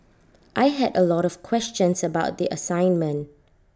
I had A lot of questions about the assignment